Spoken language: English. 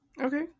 Okay